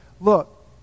look